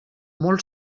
molt